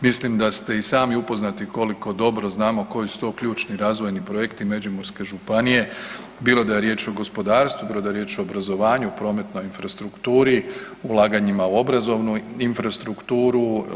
Mislim da ste i sami upoznati koliko dobro znamo koji su to ključni i razvojni projekti Međimurske županije, bilo da je riječ o gospodarstvu, bilo da je riječ o obrazovanju, prometnoj infrastrukturi, ulaganjima u obrazovnu infrastrukturu.